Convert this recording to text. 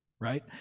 right